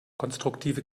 konstruktive